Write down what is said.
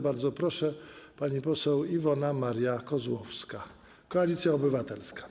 Bardzo proszę, pani poseł Iwona Maria Kozłowska, Koalicja Obywatelska.